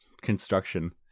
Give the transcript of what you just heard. construction